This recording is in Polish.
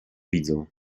widzą